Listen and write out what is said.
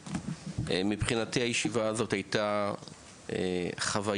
לסכם, מבחינתי הישיבה הזאת הייתה חוויה,